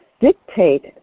dictate